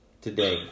today